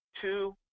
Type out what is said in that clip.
two